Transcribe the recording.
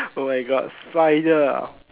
oh my god spider ah